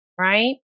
right